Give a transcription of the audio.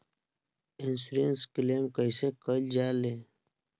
Insurance claim कइसे कइल जा ले?